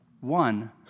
one